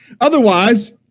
Otherwise